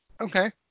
okay